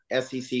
SEC